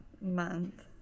month